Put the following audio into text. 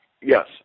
yes